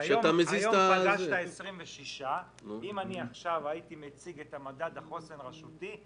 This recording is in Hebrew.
היום פגשת 26. אם הייתי מציג עכשיו מדד חוסן רשותי,